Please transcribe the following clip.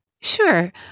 Sure